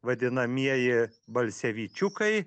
vadinamieji balsevičiukai